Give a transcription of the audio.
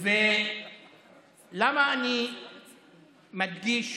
למה אני מדגיש